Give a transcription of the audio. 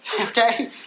okay